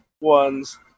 ones